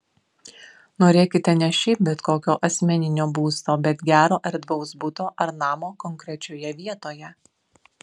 norėkite ne šiaip bet kokio asmeninio būsto bet gero erdvaus buto ar namo konkrečioje vietoje